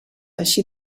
així